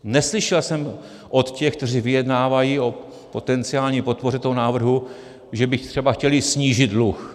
Neslyšel jsem od těch, kteří vyjednávají o potenciální podpoře toho návrhu, že by třeba chtěli snížit dluh.